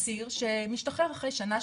אסיר שמשתחרר אחרי שנה,